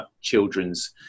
children's